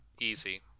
Easy